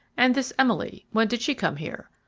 and this emily, when did she come here?